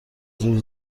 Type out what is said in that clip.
زور